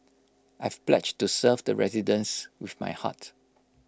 I've pledged to serve the residents with my heart